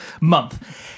month